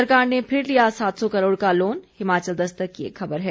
सरकार ने फिर लिया सात सौ करोड़ का लोन हिमाचल दस्तक की एक खबर है